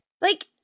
Like-